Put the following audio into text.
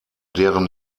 deren